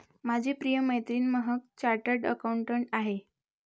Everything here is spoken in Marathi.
माझी प्रिय मैत्रीण महक चार्टर्ड अकाउंटंट आहे